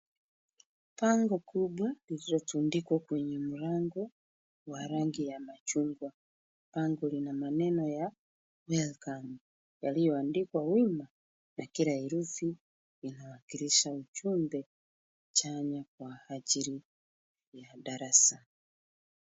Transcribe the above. Bango kubwa lililotundikwa kwenye mlango wa rangi ya machungwa. Bango lina maneno ya welcome , yaliyoandikwa wima na kila herufi inawakilisha ujumbe chanya kwa ajili ya darasa.